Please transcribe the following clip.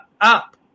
up